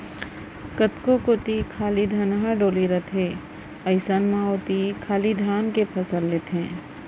कतको कोती खाली धनहा डोली रथे अइसन म ओती खाली धाने के फसल लेथें